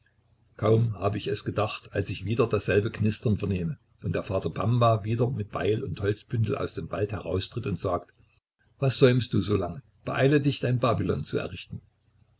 kaum habe ich dies gedacht als ich wieder dasselbe knistern vernehme und der vater pamwa wieder mit beil und holzbündel aus dem walde heraustritt und sagt was säumst du so lange beeile dich dein babylon zu errichten